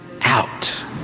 out